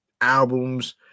albums